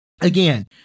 again